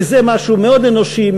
כי זה משהו מאוד אנושי,